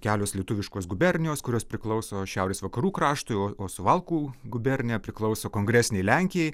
kelios lietuviškos gubernijos kurios priklauso šiaurės vakarų kraštui o o suvalkų gubernija priklauso kongresiniai lenkijai